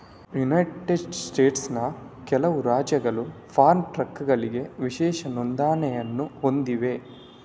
United ಸ್ಟೇಟ್ಸ್ನ ಕೆಲವು ರಾಜ್ಯಗಳು ಫಾರ್ಮ್ ಟ್ರಕ್ಗಳಿಗೆ ವಿಶೇಷ ನೋಂದಣಿಯನ್ನು ಹೊಂದಿವೆ